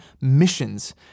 missions